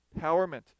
empowerment